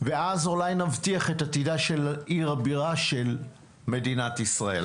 ואז אולי נבטיח את עתידה של עיר הבירה של מדינת ישראל,